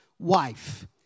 wife